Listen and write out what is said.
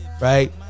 Right